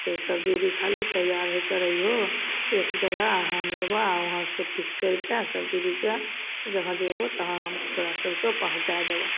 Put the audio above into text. तोँ सभ दीदी खाली तैआर होके रहिहो एक जगह हम अएबऽ आओर ओहाँसे पिक करिके सभ दीदीकेँ जहाँ जेबहो तहाँ हम तोरा सभकेँ पहुँचै देबऽ